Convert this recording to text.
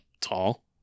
tall